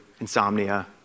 insomnia